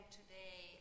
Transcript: today